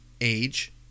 age